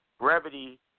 brevity